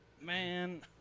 Man